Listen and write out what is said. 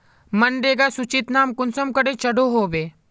मनरेगा सूचित नाम कुंसम करे चढ़ो होबे?